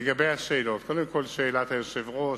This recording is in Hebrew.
לגבי השאלות, קודם כול, שאלת היושב-ראש,